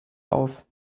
auf